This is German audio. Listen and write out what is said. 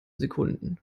sekunden